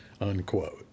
unquote